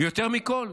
ויותר מכול,